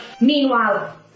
Meanwhile